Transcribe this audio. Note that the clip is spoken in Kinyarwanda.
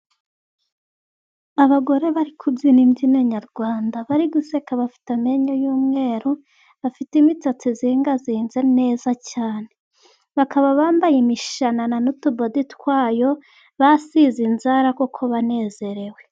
Abagore bari kubyina imbyino nyarwanda bari guseka bafite amenyo y'umweru, bafite imisatsi izingazinze neza cyane, bakaba bambaye imishanana n'utubode twayo, basize inzara kuko banezerewe.